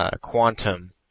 quantum